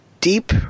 deep